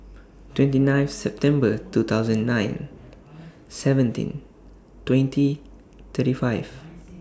twenty nine September two thousand nine seventeen twenty thirty five